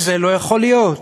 וזה לא יכול להיות.